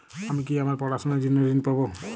আমি কি আমার পড়াশোনার জন্য ঋণ পাব?